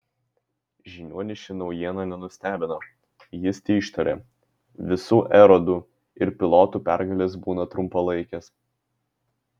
žiniuonį ši naujiena nenustebino jis teištarė visų erodų ir pilotų pergalės būna trumpalaikės